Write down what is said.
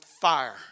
fire